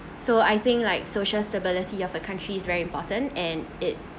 so I think like social stability of a country is very important and it